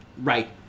Right